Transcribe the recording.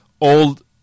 Old